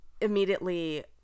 immediately